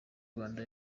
rwanda